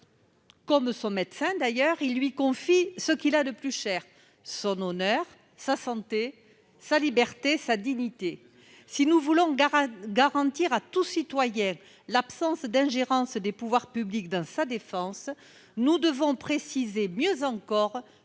avec son médecin, d'ailleurs, il lui confie ce qu'il a de plus cher : son honneur, sa santé, sa liberté, sa dignité. Si nous voulons garantir à tout citoyen l'absence d'ingérence des pouvoirs publics dans sa défense, nous devons préciser plus avant